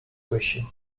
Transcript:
question